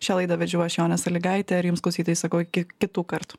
šią laidą vedžiau aš jonė salygaitė ir jums klausytojai sakau iki kitų kartų